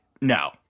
no